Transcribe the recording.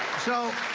so